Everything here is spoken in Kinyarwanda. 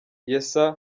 yessayah